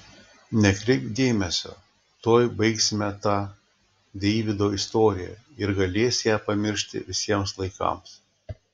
nekreipk dėmesio tuoj baigsime tą deivydo istoriją ir galės ją pamiršti visiems laikams